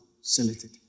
selected